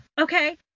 Okay